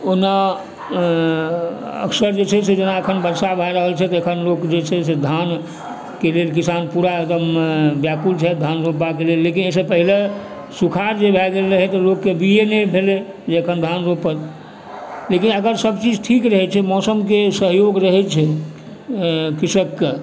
ओना अक्सर जे छै से जेना एखन बरसा भए रहल छै तऽ एखन लोक जे छै से धानके लेल किसान पूरा एकदम व्याकुल छथि धान रोपबाके लेल लेकिन एहिसँ पहिले सुखार जे भए गेल रहै तऽ लोकके बीये नहि भेलै जे एखन धान रोपत लेकिन अगर सभचीज ठीक रहै छै मौसमके सहयोग रहै छै कृषकके